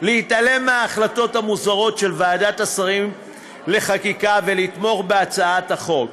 להתעלם מההחלטות המוזרות של ועדת השרים לחקיקה ולתמוך בהצעת החוק.